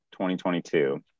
2022